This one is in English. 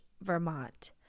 Vermont